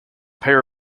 pair